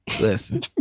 Listen